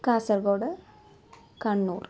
Kasaragod Kannur